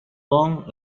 long